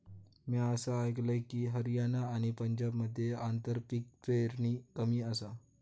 म्या असा आयकलंय की, हरियाणा आणि पंजाबमध्ये आंतरपीक पेरणी कमी आसा